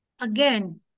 Again